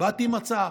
באתי עם הצעה,